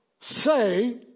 say